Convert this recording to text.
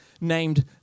named